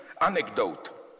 anecdote